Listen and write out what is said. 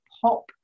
pop